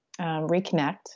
reconnect